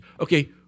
okay